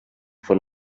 von